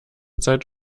zeit